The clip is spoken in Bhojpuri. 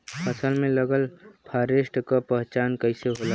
फसल में लगल फारेस्ट के पहचान कइसे होला?